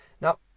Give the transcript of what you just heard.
now